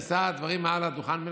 יישא דברים מעל לדוכן.